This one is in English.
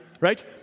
right